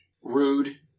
rude